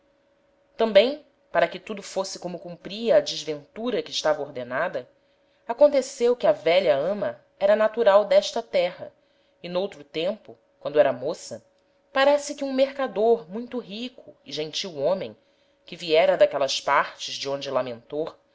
tambem para que tudo fosse como cumpria á desventura que estava ordenada aconteceu que a velha ama era natural d'esta terra e n'outro tempo quando era moça parece que um mercador muito rico e gentil homem que